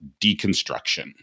deconstruction